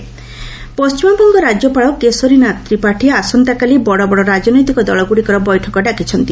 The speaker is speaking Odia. ଡବ୍ଲ୍ୟୁବି ଗଭରନର ପଶ୍ଚିମବଙ୍ଗ ରାଜ୍ୟପାଳ କେଶରୀନାଥ ତ୍ରିପାଠୀ ଆସନ୍ତାକାଲି ବଡ଼ବଡ଼ ରାଜନୈତିକ ଦଳଗୁଡ଼ିକର ବୈଠକ ଡାକିଛନ୍ତି